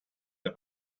der